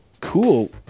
cool